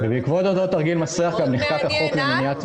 -- ובעקבות אותו תרגיל מסריח גם נחקק חוק למניעת